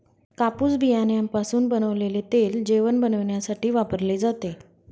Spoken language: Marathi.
कापूस बियाण्यापासून बनवलेले तेल जेवण बनविण्यासाठी वापरले जाते